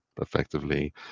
effectively